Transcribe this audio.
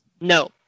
No